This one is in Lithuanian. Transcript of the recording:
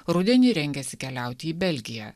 rudenį rengiasi keliauti į belgiją